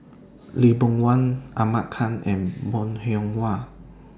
Lee Boon Wang Ahmad Khan and Bong Hiong Hwa